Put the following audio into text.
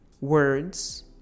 Words